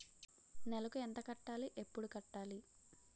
నెలకు ఎంత కట్టాలి? ఎప్పుడు కట్టాలి?